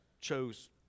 chose